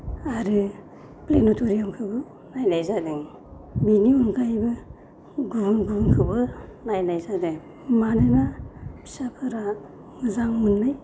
आरो प्लेनेट'रियआमखौबो नायनाय जादों बिनि अनगायैबो गुबुन गुबुनखौबो नायनाय जादो मानोना फिसाफोरा मोजां मोननाय